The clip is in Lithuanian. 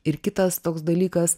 ir kitas toks dalykas